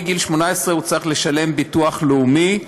ומגיל 18 הוא צריך לשלם ביטוח לאומי,